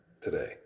today